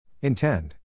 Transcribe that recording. Intend